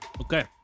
Okay